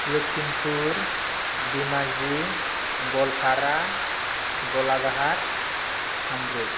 Lakhimpur Dhemaji Goalpara Golaghat Kamrup